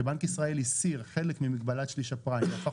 כשבנק ישראל הסיר חלק ממגבלת שליש הפריים והפך